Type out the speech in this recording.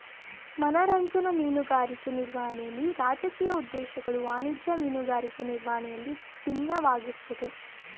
ಮನರಂಜನಾ ಮೀನುಗಾರಿಕೆ ನಿರ್ವಹಣೆಲಿ ರಾಜಕೀಯ ಉದ್ದೇಶಗಳು ವಾಣಿಜ್ಯ ಮೀನುಗಾರಿಕೆ ನಿರ್ವಹಣೆಯಲ್ಲಿ ಬಿನ್ನವಾಗಿರ್ತದೆ